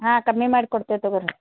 ಹಾಂ ಕಮ್ಮಿ ಮಾಡಿ ಕೊಡ್ತೇವ್ ತಗೋರಿ